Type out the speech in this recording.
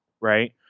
right